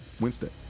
Wednesday